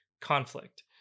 conflict